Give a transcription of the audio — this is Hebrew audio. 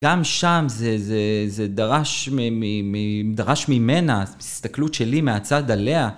גם שם זה דרש ממנה, הסתכלות שלי מהצד עליה.